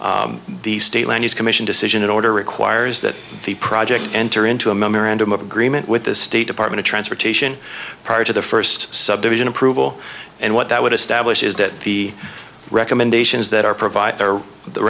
engineers the state lands commission decision in order requires that the project enter into a memorandum of agreement with the state department of transportation prior to the first subdivision approval and what that would establish is that the recommendations that are provided the